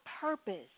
purpose